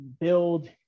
build